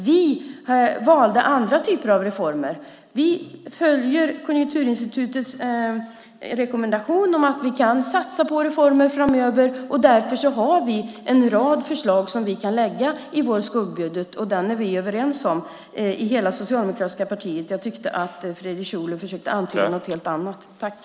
Vi väljer andra typer av reformer. Vi följer Konjunkturinstitutets rekommendation att vi kan satsa på reformer framöver. Därför har vi en rad förslag som vi kan lägga fram i vår skuggbudget, och den är vi överens om i hela det socialdemokratiska partiet. Jag tyckte att Fredrik Schulte försökte antyda någonting helt annat.